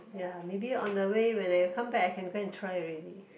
ya maybe on the way when I come back I can go and try already